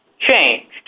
changed